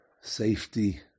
safety